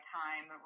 time